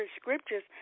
scriptures